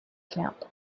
camp